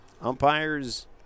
Umpires